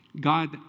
God